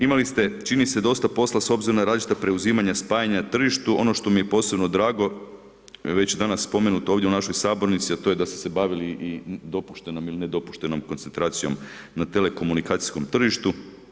Imali ste čini se dosta posla s obzirom na različita preuzimanja, spajanja na tržištu, ono što mi je posebno drago, već danas spomenuto ovdje u napoj sabornici a to je da ste se bavili i dopuštenom i nedopuštenom koncentracijom na telekomunikacijskom tržištu.